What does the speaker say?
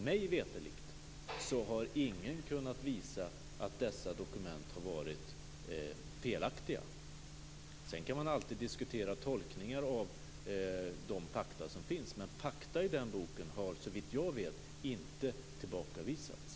Mig veterligen har ingen kunnat visa att dessa dokument har varit felaktiga. Man kan alltid diskutera tolkningar av de faktum som finns, men faktumen i den boken har såvitt jag vet inte tillbakavisats.